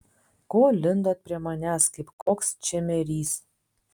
ko lindot prie manęs kaip koks čemerys